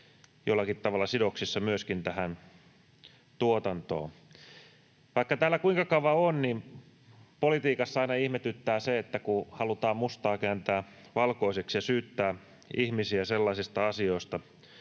jollakin tavalla sidoksissa myöskin tähän tuotantoon. Vaikka täällä kuinka kauan on, niin politiikassa aina ihmetyttää se, että halutaan mustaa kääntää valkoiseksi ja syyttää ihmisiä sellaisista asioista,